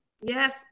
Yes